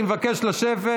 אני מבקש לשבת,